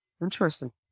interesting